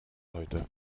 heute